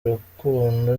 urukundo